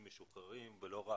לא יתייצבו.